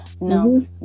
No